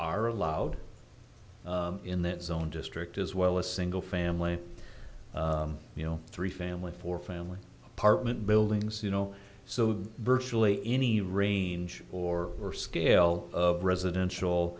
are allowed in that zone district as well as single family you know three family four family apartment buildings you know so virtually any range or scale of residential